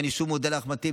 ואני שוב מודה לאחמד טיבי,